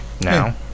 now